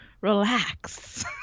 relax